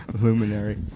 Luminary